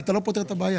אתה לא פותר את הבעיה.